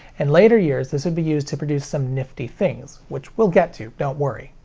in later years this would be used to produce some nifty things. which we'll get to, don't worry.